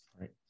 Right